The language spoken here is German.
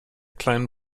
kleinen